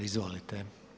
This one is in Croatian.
Izvolite.